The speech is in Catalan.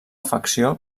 afecció